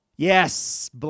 Yes